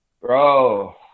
bro